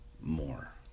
more